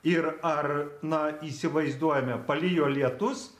ir ar na įsivaizduojame palijo lietus